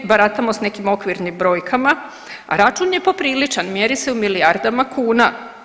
Baratamo s nekim okvirnim brojkama, a račun je popriličan, mjeri se u milijardama kuna.